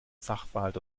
sachverhalt